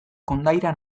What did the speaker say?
kondaira